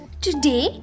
Today